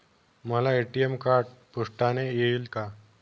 मला ATM card पोस्टाने येईल का?